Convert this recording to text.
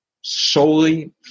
solely